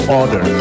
order